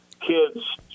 kids